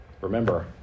Remember